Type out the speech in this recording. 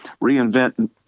reinvent